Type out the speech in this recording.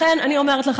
לכן אני אומרת לך,